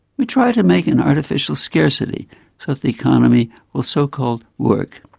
we try to make an artificial scarcity so that the economy will, so-called, work.